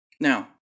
now